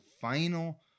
final